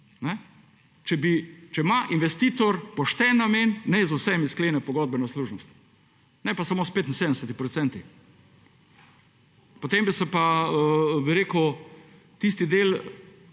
Če ima investitor pošten namen naj z vsemi sklene pogodbeno služnost, ne pa samo s 75 %. Potem bi se pa tisti del